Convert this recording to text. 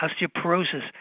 osteoporosis